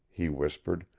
he whispered.